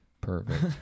perfect